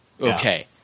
Okay